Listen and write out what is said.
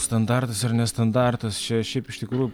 standartas ir nestandartas čia šiaip iš tikrųjų